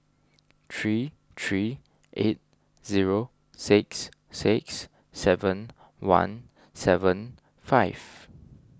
three three eight zero six six seven one seven five